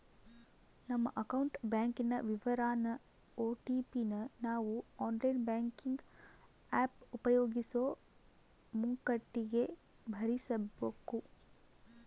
ನಮ್ಮ ಅಕೌಂಟ್ ಬ್ಯಾಂಕಿನ ವಿವರಾನ ಓ.ಟಿ.ಪಿ ನ ನಾವು ಆನ್ಲೈನ್ ಬ್ಯಾಂಕಿಂಗ್ ಆಪ್ ಉಪಯೋಗಿಸೋ ಮುಂಕಟಿಗೆ ಭರಿಸಬಕು